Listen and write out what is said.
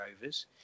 Rovers